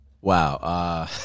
Wow